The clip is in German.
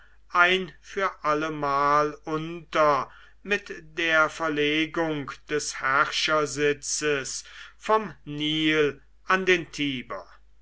ein für alle mal unter mit der verlegung des herrschersitzes vom nil an den tiber